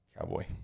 Cowboy